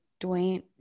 Dwayne